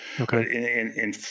Okay